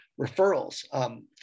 referrals